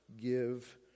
give